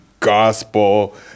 gospel